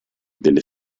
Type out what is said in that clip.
delle